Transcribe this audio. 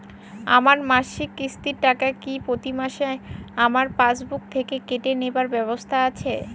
আমার মাসিক কিস্তির টাকা কি প্রতিমাসে আমার পাসবুক থেকে কেটে নেবার ব্যবস্থা আছে?